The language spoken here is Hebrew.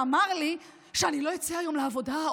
ואמר לי שלא אצא היום לעבודה.